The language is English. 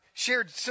shared